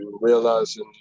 realizing